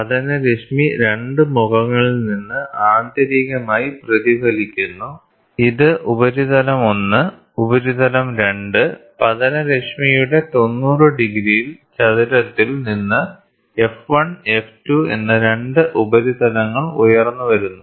പതനരശ്മി 2 മുഖങ്ങളിൽ നിന്ന് ആന്തരികമായി പ്രതിഫലിക്കുന്നു ഇത് ഉപരിതലം 1 ഉപരിതലം 2 പതനരശ്മിയുടെ 90 ഡിഗ്രിയിൽ ചതുരത്തിൽ നിന്ന് f 1 f 2 എന്ന 2 ഉപരിതലങ്ങൾ ഉയർന്നു വരുന്നു